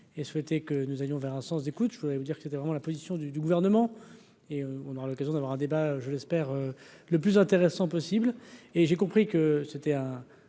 et souhaité que nous allions vers un sens d'écoute, je voudrais vous dire était vraiment la position du gouvernement et on aura l'occasion d'avoir un débat, je l'espère, le plus intéressant possible et j'ai compris que c'était un